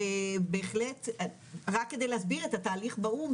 ובהחלט רק כדי להסביר על התהליך באו"ם,